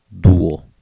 Duo